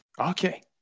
Okay